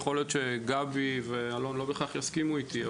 יכול להיות שגבי ואלון לא יסכימו איתי בהכרח,